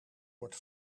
wordt